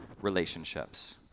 relationships